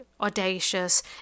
audacious